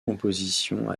compositions